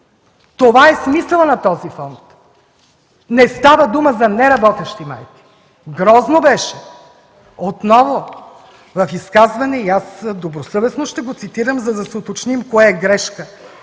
Това е смисълът на този фонд. Не става дума за неработещи майки. Грозно беше, отново в изказване и аз добросъвестно ще го цитирам, за да се уточним кое е грешка